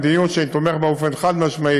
המדיניות שאני תומך בה באופן חד-משמעי